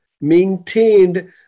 maintained